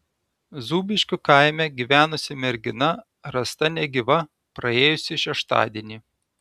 zūbiškių kaime gyvenusi mergina rasta negyva praėjusį šeštadienį